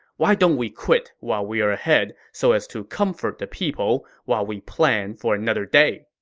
why don't we quit while we are ahead so as to comfort the people while we plan for another day.